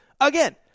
Again